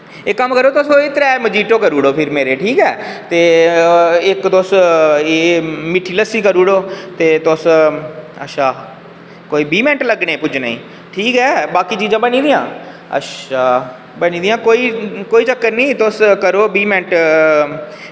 ते इक्क कम्म करो तुस मेरे त्रैऽ मजीटौ करी ओड़ो फिर मेरे ठीक ऐ ते इक्क दौ तुस एह् मिट्ठी लस्सी करी ओड़ो ते तुस अच्छा कोई बीह् मिंट लग्गने पुज्जने ई ठीक ऐ बाकी चीज़ां बनी दियां अच्छा बनी दियां कोई चक्कर निं तुस करो बीह् मिंट